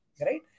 right